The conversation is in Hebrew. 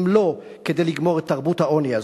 אם לא כדי לגמור את תרבות העוני הזו,